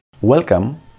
Welcome